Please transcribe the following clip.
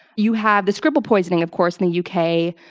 you have the skripal poisoning, of course, in the u. k,